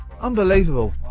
Unbelievable